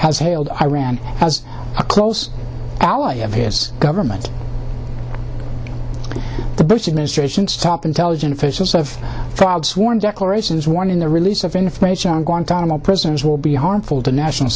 has hailed iran as a close ally of his government the bush administration's top intelligence officials have filed sworn declarations warning the release of information on guantanamo prisoners will be harmful to national